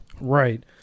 right